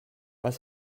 was